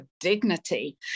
dignity